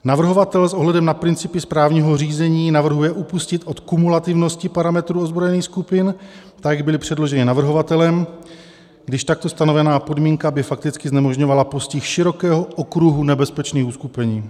Navrhovatel s ohledem na principy správního řízení navrhuje upustit od kumulativnosti parametrů ozbrojených skupin, tak jak byly předloženy navrhovatelem, když takto stanovená podmínka by fakticky znemožňovala postih širokého okruhu nebezpečných uskupení.